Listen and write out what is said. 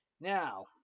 Now